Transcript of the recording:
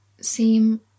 seem